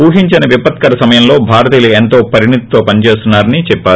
ఊహించని విపత్కర సమయంలో భారతీయులు ఎంతో పరిణితితో పని చేస్తున్నా రని చెప్పారు